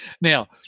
Now